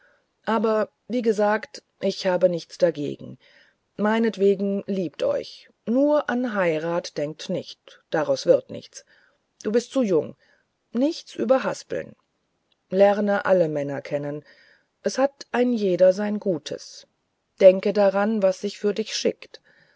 aber wie gesagt ich habe nichts dagegen meinetwegen liebt euch nur an heirat denkt nicht daraus wird nichts du bist zu jung nichts überhaspelt lerne alle männer kennen es hat jeder sein gutes denke dann was sich für dich schickt